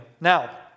Now